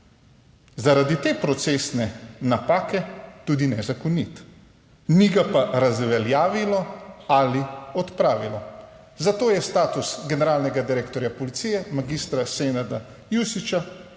zaradi te procesne napake tudi nezakonit. Ni ga pa razveljavilo ali odpravilo. Zato je status generalnega direktorja policije mag. Senada Jušića